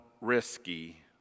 risky